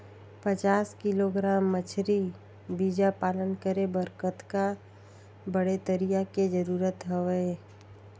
पचास किलोग्राम मछरी बीजा पालन करे बर कतका बड़े तरिया के जरूरत हवय?